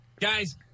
Guys